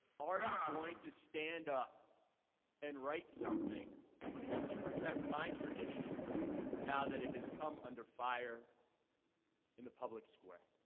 are you going to stand up and write something to protect my tradition now that it has come under fire in the public square?